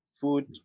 food